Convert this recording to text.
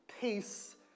peace